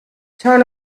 turn